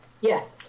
Yes